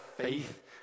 faith